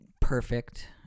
perfect